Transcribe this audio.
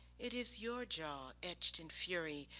it is your jaw etched in fury,